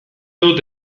dut